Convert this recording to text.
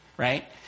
Right